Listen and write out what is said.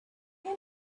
him